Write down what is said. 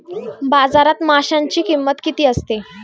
बाजारात माशांची किंमत किती असते?